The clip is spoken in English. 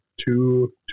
two